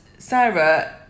Sarah